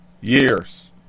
years